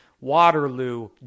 Waterloo